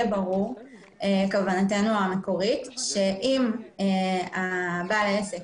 ברורה כוונתנו המקורית שאם בעל העסק,